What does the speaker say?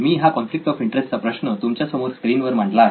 मी हा conflict of interest चा प्रश्न तुमच्या समोर स्क्रीनवर मांडला आहे